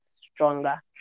stronger